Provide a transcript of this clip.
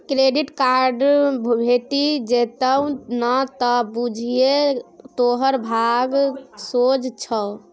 credit card भेटि जेतउ न त बुझिये तोहर भाग सोझ छौ